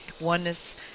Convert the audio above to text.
oneness